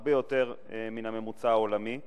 הרבה יותר מן הממוצע העולמי,